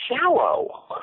shallow